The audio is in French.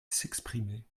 s’exprimer